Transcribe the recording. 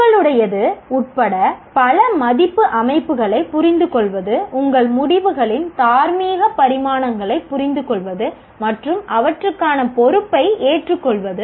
உங்களுடையது உட்பட பல மதிப்பு அமைப்புகளைப் புரிந்துகொள்வது உங்கள் முடிவுகளின் தார்மீக பரிமாணங்களைப் புரிந்துகொள்வது மற்றும் அவற்றுக்கான பொறுப்பை ஏற்றுக்கொள்வது